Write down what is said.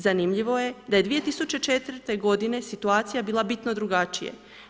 Zanimljivo je da je 2004. godine situacija bila bitno drugačija.